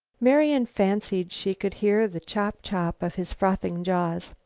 marian fancied she could hear the chop-chop of his frothing jaws.